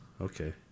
okay